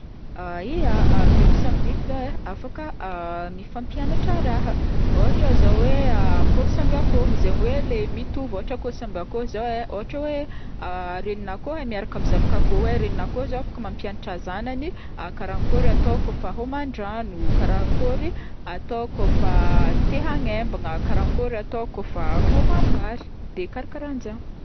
Ya, biby samy biby zao e afaka mifampianatra raha, ôhatra zao e akoho samby akoho, zagny hoe le mitovy, ôhatra le akoho samby akoho zao e, ôhatra hoe regnin'akoho miaraka amy zagnan'akoho e, regnin'akoho zao afaka mampiagnatra zagnany, karaha akkory atao kaofa homan-drano, karaha akory kaofa fa hagnembana, karaha akory atao kaofa homam-bary de karaha karaha zagny.